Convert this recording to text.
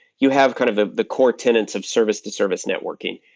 you have kind of ah the core tenants of service-to-service networking.